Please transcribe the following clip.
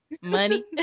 money